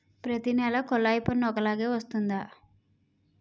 ప్రతి నెల కొల్లాయి పన్ను ఒకలాగే వస్తుందా?